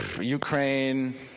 Ukraine